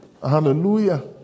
Hallelujah